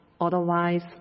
Otherwise